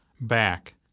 back